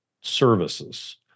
services